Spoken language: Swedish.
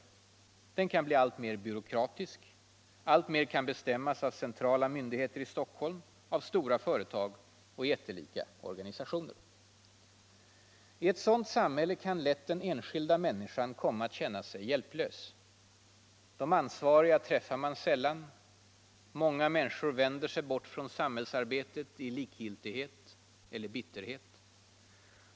Den kan bli alltmer byråkratisk. Alltmer bestäms av centrala myndigheter i Stockholm, av stora företag och jättelika organisationer. I ett sådant samhälle kan lätt den enskilda människan komma att känna sig hjälplös. De ansvariga träffar man sällan. Många människor vänder sig bort från samhällsarbetet i likgiltighet eller bitterhet.